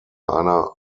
einer